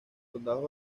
soldados